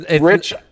Rich